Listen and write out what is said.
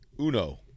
Uno